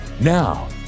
Now